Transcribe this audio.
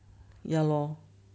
ya lor